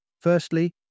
Firstly